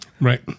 right